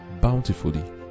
bountifully